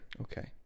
Okay